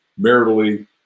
maritally